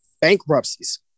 bankruptcies